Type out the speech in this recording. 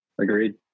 Agreed